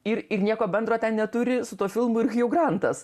ir ir nieko bendro neturi su tuo filmu ir hju grantas